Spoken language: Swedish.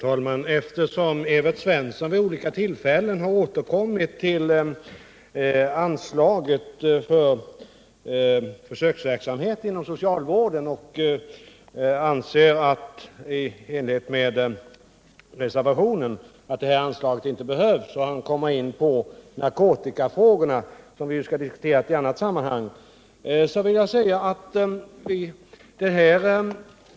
Herr talman! Evert Svensson har vid olika tillfällen återkommit till anslaget för försöksverksamhet inom socialvården. Han anser, i enlighet med reservationen, att anslaget inte behövs. Han kommer också in på narkotikafrågorna, som vi ju skall diskutera i ett annat sammanhang.